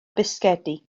bisgedi